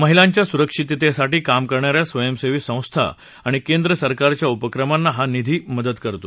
महिलांच्या सुरक्षितत्त्तीठी काम करणाऱ्या स्वयंसहीी संस्था आणि केंद्र सरकारच्या उपक्रमांना हा निधी मदत करतो